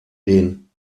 den